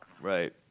Right